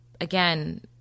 Again